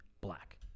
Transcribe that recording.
black